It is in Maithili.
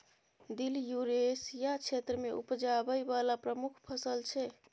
दिल युरेसिया क्षेत्र मे उपजाबै बला प्रमुख फसल छै